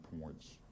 points